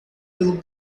pelo